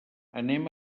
anem